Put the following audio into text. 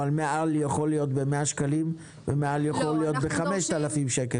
אבל "מעל" יכול להיות ב-100 שקלים ויכול להיות ב-5,000 שקלים.